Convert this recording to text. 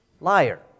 liar